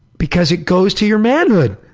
because it goes to your manhood.